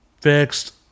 fixed